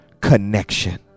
connection